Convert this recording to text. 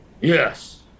Yes